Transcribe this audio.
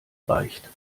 reicht